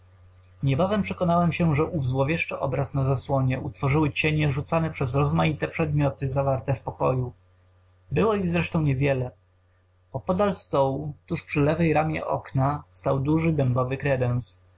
niebawem przekonałem się że ów złowieszczy obraz na zasłonie utworzyły cienie rzucane przez rozmaite przedmioty zawarte w pokoju było ich zresztą niewiele opodal stołu tuż przy lewej ramie okna stał duży dębowy kredens